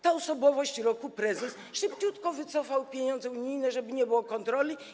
Ta osobowość roku, ten prezes szybciutko wycofał pieniądze unijne, żeby nie było tej kontroli.